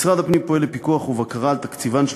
משרד הפנים פועל לפיקוח ובקרה על תקציבן של